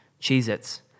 Cheez-Its